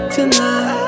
Tonight